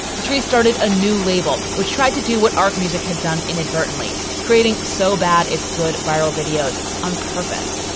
petraeus started a new label which tried to do what ark music had done, inadvertently creating so bad it's good viral videos on purpose.